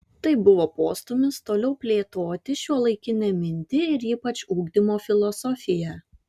tai buvo postūmis toliau plėtoti šiuolaikinę mintį ir ypač ugdymo filosofiją